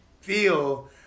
feel